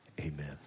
Amen